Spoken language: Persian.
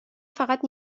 فقط